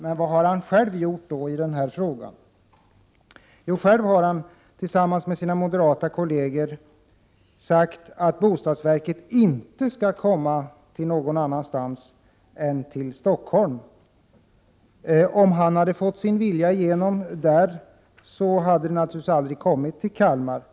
Men vad har han själv gjort i denna fråga? Jo, han har tillsammans med sina moderata kolleger sagt att bostadsverket inte skall utlokaliseras utan förläggas till Stockholm. Om han hade fått sin vilja igenom skulle Kalmar aldrig varit aktuellt.